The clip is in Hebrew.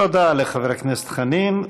תודה לחבר הכנסת חנין.